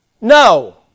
No